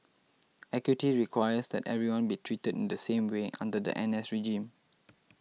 equity requires that everyone be treated in the same way under the N S regime